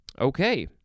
Okay